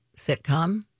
sitcom